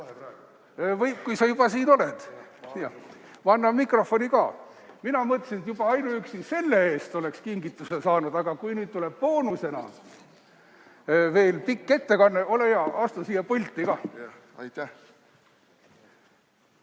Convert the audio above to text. Võib, kui sa juba siin oled. Ma annan mikrofoni ka. Mina mõtlesin, et juba ainuüksi selle eest oleks kingituse saanud, aga kui nüüd tuleb boonusena veel pikk ettekanne – ole hea, astu siia pulti. Aitäh!